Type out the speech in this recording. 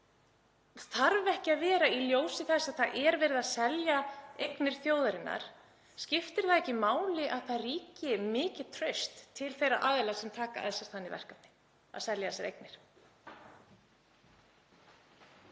að klára þessa sölu? Í ljósi þess að það er verið að selja eignir þjóðarinnar, skiptir þá ekki máli að það ríki mikið traust til þeirra aðila sem taka að sér það verkefni að selja þessar eignir?